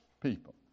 people